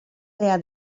here